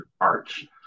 arch